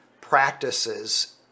practices